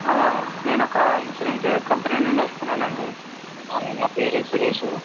నేనొక insurance company నుండి వస్తున్నానండి నా పేరు సురేషు